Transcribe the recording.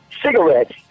cigarettes